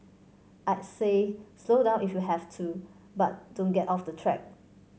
I'd say slow down if you have to but don't get off the track